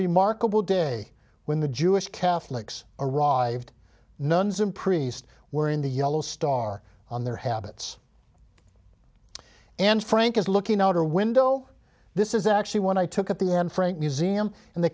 remarkable day when the jewish catholics arrived nuns and priests were in the yellow star on their habits and frank is looking out her window this is actually one i took at the end frank museum and the